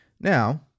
Now